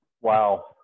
wow